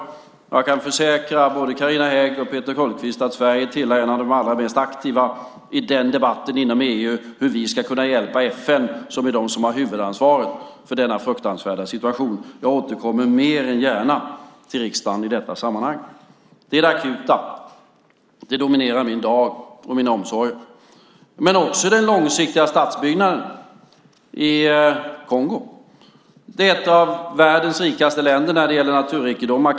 Jag kan försäkra både Carina Hägg och Peter Hultqvist om att Sverige är en av de allra mest aktiva inom EU i den debatten om hur vi ska kunna hjälpa FN, som har huvudansvaret för denna fruktansvärd situation. Jag återkommer mer än gärna till riksdagen i detta sammanhang. Det är det akuta. Det dominerar min dag och mina omsorger. Men det handlar också om den långsiktiga statsbyggnaden i Kongo. Det är ett av världens rikaste länder när det gäller naturrikedomar.